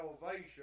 salvation